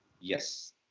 Yes